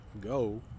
go